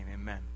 Amen